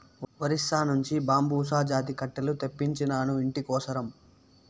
ఒరిస్సా నుంచి బాంబుసా జాతి కట్టెలు తెప్పించినాను, ఇంటి కోసరం